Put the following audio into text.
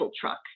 truck